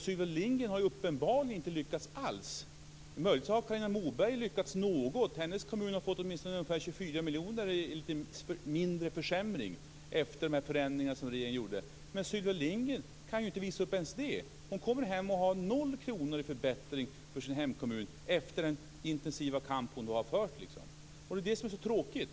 Sylvia Lindgren har uppenbarligen inte lyckats alls. Möjligen har Carina Moberg lyckats med något. Hennes kommun har åtminstone fått 24 miljoner i mindre försämring efter de förändringar som regeringen gjorde. Sylvia Lindgren kan inte visa upp ens det. Hon kommer hem med 0 kr i förbättring för sin hemkommun efter den intensiva kamp som hon har fört. Det är detta som är så tråkigt.